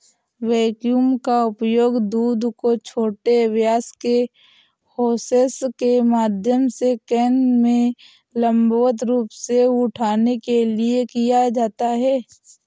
vacuum का उपयोग दूध को छोटे व्यास के होसेस के माध्यम से कैन में लंबवत रूप से उठाने के लिए किया जाता है